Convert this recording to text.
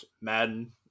Madden